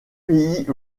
pays